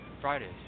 Fridays